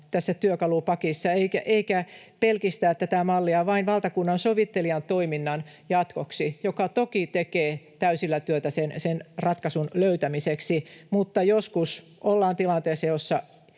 tässä työkalupakissa eikä pelkistää tätä mallia vain valtakunnansovittelijan toiminnan jatkoksi — joka toki tekee täysillä työtä sen ratkaisun löytämiseksi, mutta joskus ollaan tilanteessa, jossa